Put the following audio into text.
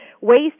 waste